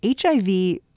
HIV